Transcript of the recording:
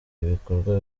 ibikorwa